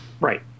Right